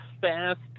fast